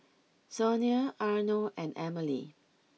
Sonia Arno and Emmalee